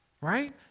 right